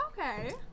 Okay